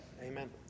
Amen